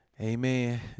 Amen